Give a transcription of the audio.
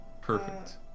Perfect